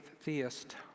theist